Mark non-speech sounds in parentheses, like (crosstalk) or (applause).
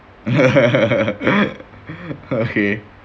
(laughs) okay